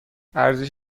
ارزش